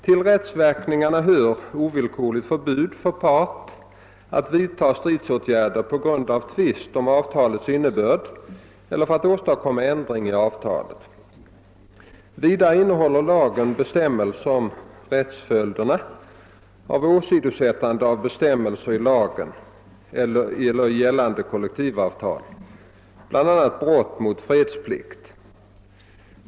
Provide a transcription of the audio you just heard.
Till rättsverkningarna hör ovillkorligt förbud för part att vidta stridsåtgärd på grund av tvist om avtalets innebörd eller för att åstadkomma ändring i avtalet. Vidare innehåller lagen bestämmelser om rättsföljderna av åsidosättande av bestämmelser i lagen eller i gällande kollektivavtal, bl.a. brott mot fredsplikt.